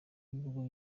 b’ibihugu